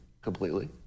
completely